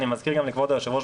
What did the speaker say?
אני מזכיר לכבוד היושב-ראש,